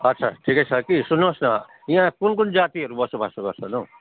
अच्छा ठिकै छ कि सुन्नुहोस् न यहाँ कुन कुन जातिहरू बसोबास गर्छन् हौ